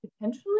potentially